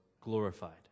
glorified